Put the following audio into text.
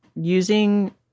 using